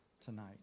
tonight